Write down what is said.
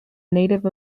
native